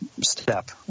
step